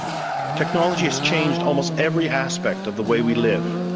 technology has changed almost every aspect of the way we live,